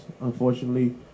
unfortunately